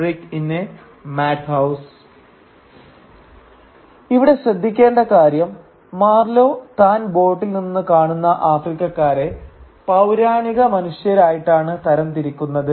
" ഇവിടെ ശ്രദ്ധിക്കേണ്ട കാര്യം മാർലോ താൻ ബോട്ടിൽ നിന്ന് കാണുന്ന ആഫ്രിക്കക്കാരെ പൌരാണിക മനുഷ്യരായിട്ടാണ് തരം തിരിക്കുന്നത്